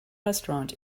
restaurant